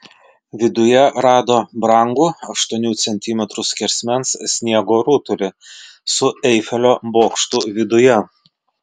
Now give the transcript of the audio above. viduje rado brangų aštuonių centimetrų skersmens sniego rutulį su eifelio bokštu viduje